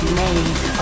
made